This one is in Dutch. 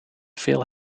veel